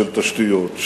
של תשתיות,